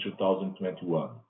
2021